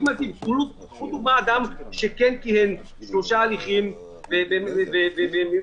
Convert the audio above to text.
אם מסתכלים על תקנה 17(1) ו-17(2),